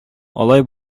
алай